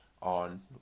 on